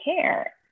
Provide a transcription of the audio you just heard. care